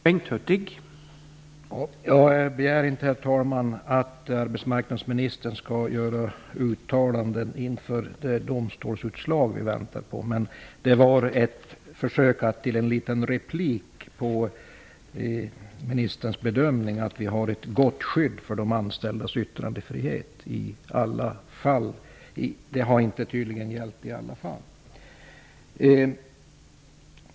Herr talman! Jag begär inte att arbetsmarknadsministern skall uttala sig inför det domstolsutslag som vi väntar på. Det var ett försök till en replik på ministerns bedömning att det finns ett gott skydd för de anställdas yttrandefrihet. Men det har tydligen inte gällt i alla fall.